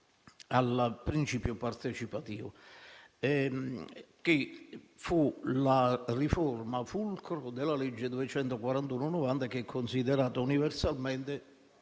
al principio partecipativo, che fu la riforma fulcro della legge n. 241 del 1990, considerata universalmente